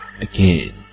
again